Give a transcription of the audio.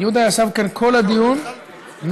יהודה ישב כאן כל הדיון מראשיתו,